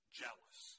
jealous